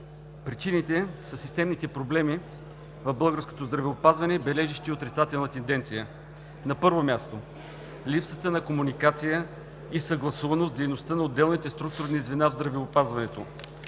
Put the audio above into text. Причините са системните проблеми в българското здравеопазване, бележещи отрицателна тенденция. На първо място, липсата на комуникация и съгласуваност в дейността на отделните структурни звена в здравеопазването,